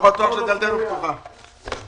הישיבה ננעלה בשעה